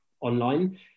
online